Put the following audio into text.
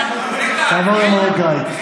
תעבור למרוקאית.